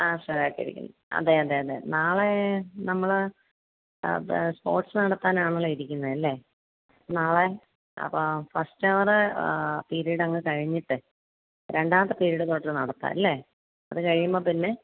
ആ സുഖമായിട്ടിരിക്കുന്നു അതെ അതെ അതെ നാളെ നമ്മൾ അത് സ്പോർട്സ് നടത്താനാണല്ലോ ഇരിക്കുന്നെ അല്ലേ നാളെ അപ്പം ഫസ്റ്റ് അവറ് പിരിയഡ് അങ്ങ് കഴിഞ്ഞിട്ടെ രണ്ടാമത്തെ പിരിയഡ് തൊട്ട് നടത്താം അല്ലേ അത് കഴിയുമ്പോൾ പിന്നെ